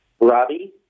Robbie